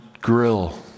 grill